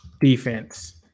defense